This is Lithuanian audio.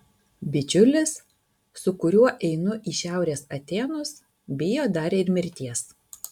bičiulis su kuriuo einu į šiaurės atėnus bijo dar ir mirties